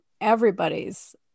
everybody's